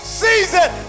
season